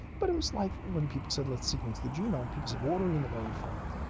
but it was like when people said let's sequence the genome, people said, what are we going to learn from it?